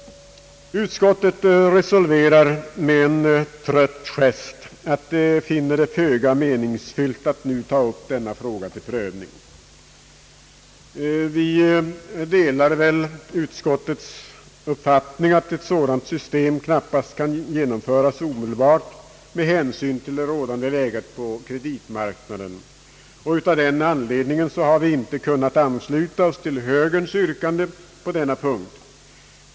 Utskottet resolverar med en trött gest, att man finner det »föga meningsfyllt» att nu ta upp denna fråga till prövning. Vi delar utskottets uppfattning att ett sådant system knappast kan genomföras omedelbart med hänsyn till det rådande läget på kreditmarknaden. Av den anledningen har vi inte kunnat ansluta oss till högerns yrkande på denna punkt.